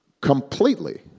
completely